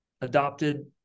adopted